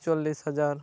ᱪᱚᱞᱞᱤᱥ ᱦᱟᱡᱟᱨ